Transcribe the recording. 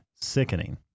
sickening